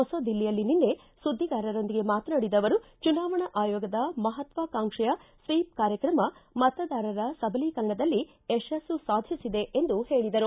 ಹೊಸ ದಿಲ್ಲಿಯಲ್ಲಿ ನಿನ್ನೆ ಸುದ್ಗಿಗಾರರೊಂದಿಗೆ ಮಾತನಾಡಿದ ಅವರು ಚುನಾವಣಾ ಆಯೋಗದ ಮಹತ್ವಾಕಾಂಕ್ಷೆಯ ಸ್ವೀಪ್ ಕಾರ್ಯಕ್ರಮ ಮತದಾರರ ಸಬಲೀಕರಣದಲ್ಲಿ ಯಶಸ್ಸು ಸಾಧಿಸಿದೆ ಎಂದು ಹೇಳಿದರು